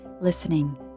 listening